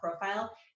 profile